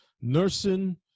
nursing